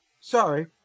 Sorry